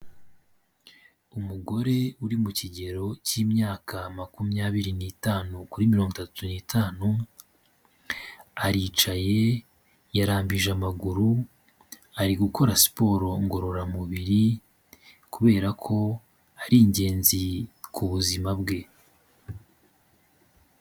Umugore uri mu kigero cy'imyaka makumyabiri n'itanu kuri mirongo itatu n'itanu, aricaye yarambije amaguru ari gukora siporo ngororamubiri kubera ko ari ingenzi ku buzima bwe.